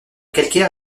calcaire